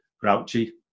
grouchy